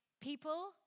people